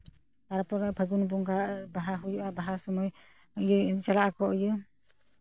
ᱛᱟᱨᱯᱚᱨᱮ ᱯᱷᱟᱹᱜᱩᱱ ᱵᱚᱸᱜᱟ ᱵᱟᱦᱟ ᱦᱩᱭᱩᱜᱼᱟ ᱵᱟᱦᱟ ᱥᱚᱢᱚᱭ ᱤᱭᱟᱹ ᱪᱟᱞᱟᱜ ᱟᱠᱚ ᱤᱭᱟᱹ